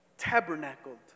tabernacled